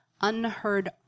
unheard